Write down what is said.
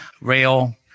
rail